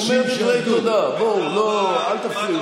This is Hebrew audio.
הוא אומר דברי תודה, אל תפריעו לו.